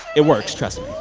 it works. trust me